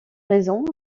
raisons